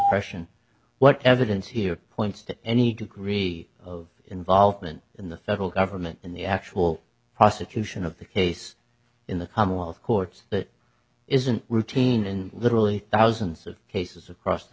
russian what evidence he appoints to any degree of involvement in the federal government in the actual prosecution of the case in the commonwealth courts that isn't routine in literally thousands of cases across the